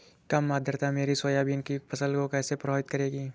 कम आर्द्रता मेरी सोयाबीन की फसल को कैसे प्रभावित करेगी?